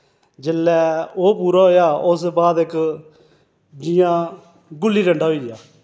जिल्लै ओह् पूरा होआ उस बाद इक्क जि'यां गुल्ली डंडा होई गेआ